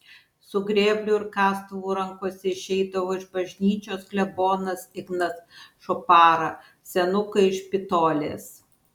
su grėbliu ir kastuvu rankose išeidavo iš bažnyčios klebonas ignas šopara senukai iš špitolės